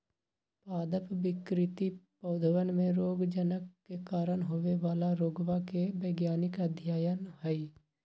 पादप विकृति पौधवन में रोगजनक के कारण होवे वाला रोगवा के वैज्ञानिक अध्ययन हई